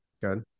Good